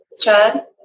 Chad